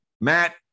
Matt